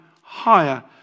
higher